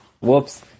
Whoops